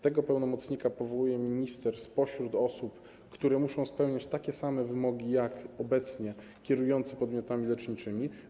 Tego pełnomocnika powołuje minister spośród osób, które muszą spełniać takie same wymogi jak obecnie kierujący podmiotami leczniczymi.